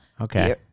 Okay